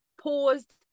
paused